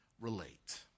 relate